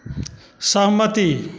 सहमति